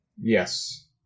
Yes